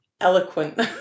eloquent